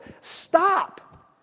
stop